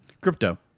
Crypto